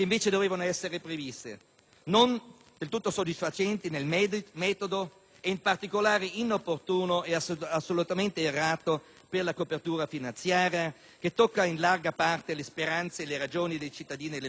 non del tutto soddisfacente nel metodo e in particolare inopportuno e assolutamente errato per la copertura finanziaria che tocca in larga parte le speranze e le ragioni dei cittadini del Mezzogiorno del nostro Paese.